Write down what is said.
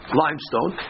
limestone